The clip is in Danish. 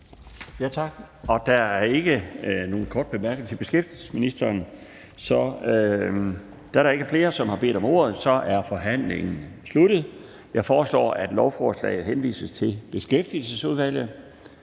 Tak. Der er ikke nogen korte bemærkninger til beskæftigelsesministeren. Da der ikke er flere, som har bedt om ordet, er forhandlingen sluttet. Jeg foreslår, at lovforslaget henvises til Beskæftigelsesudvalget.